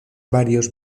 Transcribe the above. varios